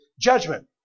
judgment